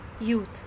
youth